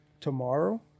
tomorrow